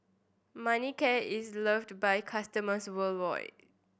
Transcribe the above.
Manicare is loved by customers worldwide